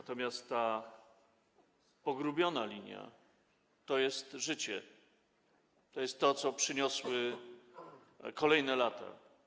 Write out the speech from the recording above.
Natomiast ta pogrubiona linia to jest życie, to jest to, co przyniosły kolejne lata.